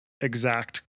exact